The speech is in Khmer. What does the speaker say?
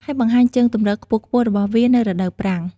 ហើយបង្ហាញជើងទម្រខ្ពស់ៗរបស់វានៅរដូវប្រាំង។